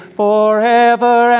forever